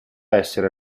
essere